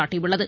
சாட்டியுள்ளது